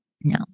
No